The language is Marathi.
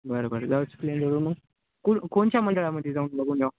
बरं बरं जाऊ स्पलेन हुन मग को कोणच्या मंडळामध्ये जाऊ बघून जाऊ